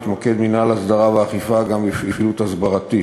מתמקד מינהל ההסדרה והאכיפה גם בפעילות הסברה.